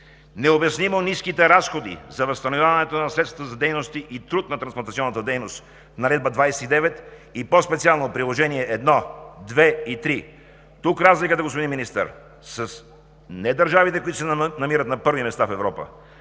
Необяснимо ниските разходи за възстановяването на средствата за дейности и труд на трансплантационната дейност – Наредба № 29, и по-специално Приложение № 1, 2 и 3. Разликата, господин министър, не е с държавите, които се намират на първи места в Европа,